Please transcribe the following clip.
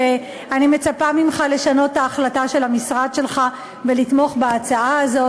שאני מצפה ממך לשנות את ההחלטה של המשרד שלך ולתמוך בהצעה הזאת.